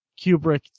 Kubrick